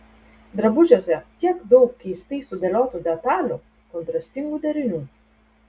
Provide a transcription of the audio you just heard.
drabužiuose tiek daug keistai sudėliotų detalių kontrastingų derinių